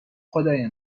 خدای